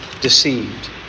deceived